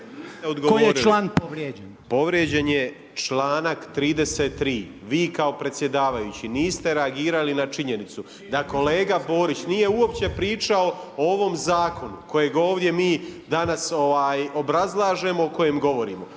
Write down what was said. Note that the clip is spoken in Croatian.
koji je članak povrijeđen.